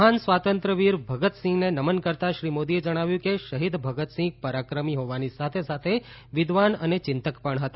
મહાન સ્વાતંત્ર્ય વીર ભગતસિંહને નમન કરતા શ્રી મોદીએ જણાવ્યું કે શહીદ ભગતસિંહ પરાક્રમી હોવાની સાથે સાથે વિદ્વાન અને યિંતક પણ હતા